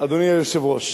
אדוני היושב-ראש.